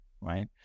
Right